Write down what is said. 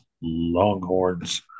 Longhorns